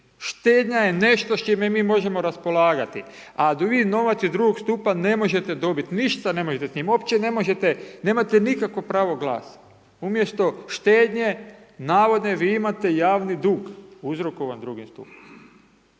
Štednja je nešto s čime mi možemo raspolagati, a vi novac iz drugog stupa ne možete dobiti, ništa ne možete s njim. Uopće ne možete, nemate nikakvo pravo glasa. Umjesto štednje, navodne vi imate javni dug, uzrokovan drugim stupom.